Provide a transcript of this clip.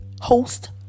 host